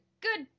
good